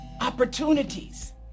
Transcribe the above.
opportunities